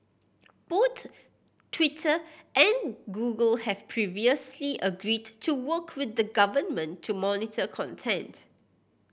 both Twitter and Google have previously agreed to work with the government to monitor content